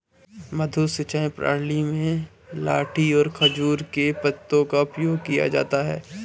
मद्दू सिंचाई प्रणाली में लाठी और खजूर के पत्तों का प्रयोग किया जाता है